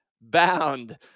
bound